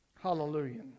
Hallelujah